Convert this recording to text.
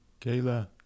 Kayla